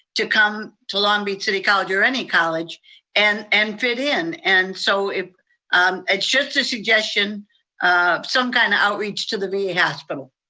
to come to long beach city college or any college and and fit in. and so it's just a suggestion of some kind of outreach to the va hospital.